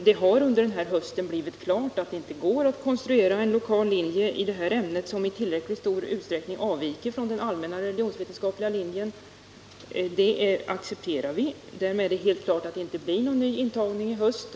Det har under hösten blivit klart att det inte går att konstruera en lokal linje i det här ämnet vilken i tillräckligt stor utsträckning avviker från den allmänna religionsvetenskapliga linjen. Det accepterar vi. Därmed är det helt klart att det inte blir någon ny intagning i höst.